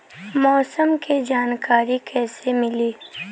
मौसम के जानकारी कैसे मिली?